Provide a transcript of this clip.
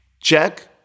Check